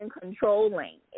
controlling